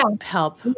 help